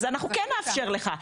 אנחנו כן נאפשר לך.